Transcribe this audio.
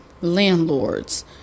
landlords